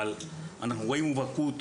אבל אנחנו רואים מובהקות